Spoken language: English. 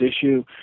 issue